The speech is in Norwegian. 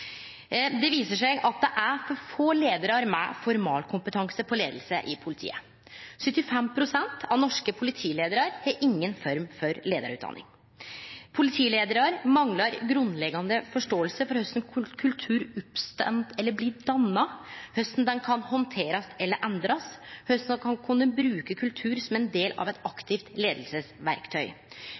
Det viser seg at det er for få leiarar med formalkompetanse i leiing i politiet. 75 pst. av norske politileiarar har inga form for leiarutdanning. Politileiarar manglar grunnleggjande forståing for korleis ein kultur oppstår eller blir danna, korleis han kan handterast eller endrast, og korleis ein kan bruke kultur som ein del av eit aktivt